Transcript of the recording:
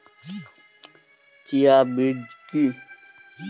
Chia বীজ কী?